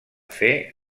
fer